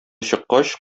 чыккач